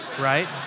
right